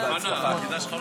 חברת הכנסת שרן השכל,